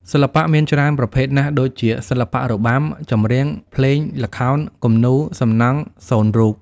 សិល្បៈមានច្រើនប្រភេទណាស់ដូចជា សិល្បៈរបាំ ចម្រៀង ភ្លេង ល្ខោន គំនូរ សំណង់ សូនរូប។